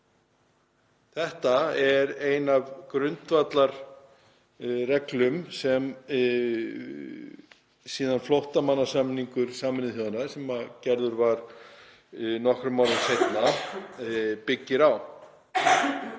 Þetta er ein af þeim grundvallarreglum sem síðan flóttamannasamningur Sameinuðu þjóðanna, sem gerður var nokkrum árum seinna, byggir á.